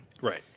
Right